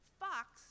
fox